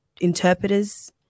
interpreters